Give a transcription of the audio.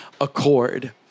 accord